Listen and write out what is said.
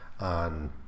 on